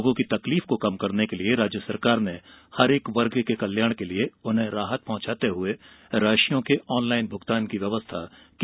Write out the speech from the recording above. लोगों की तकलीफ को कम करने के लिए राज्य सरकार ने समय पर प्रत्येक वर्ग के कल्याण के लिए उन्हें राहत पहँचाते हुए राशियों के ऑनलाइन भूगतान की व्यवस्था की